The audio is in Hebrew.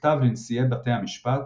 מכתב לנשיאי בתי המשפט,